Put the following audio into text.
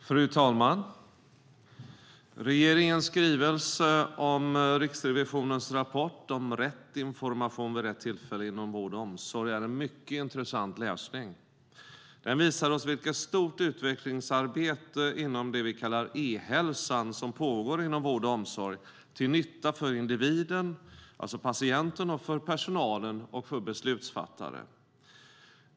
Fru talman! Regeringens skrivelse om Riksrevisionens rapport om rätt information vid rätt tillfälle inom vård och omsorg är mycket intressant läsning. Den visar oss vilket stort utvecklingsarbete inom det vi kallar e-hälsan som pågår inom vård och omsorg till nytta för individen, alltså patienten, för personalen och för beslutsfattare.